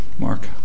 Mark